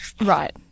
Right